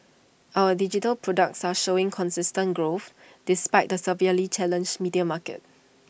our digital products are showing consistent growth despite the severely challenged media market